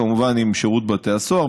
כמובן עם שירות בתי הסוהר,